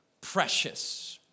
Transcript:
precious